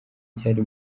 cyari